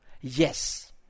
Yes